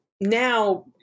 now